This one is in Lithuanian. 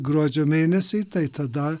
gruodžio mėnesį tai tada